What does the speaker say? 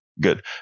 good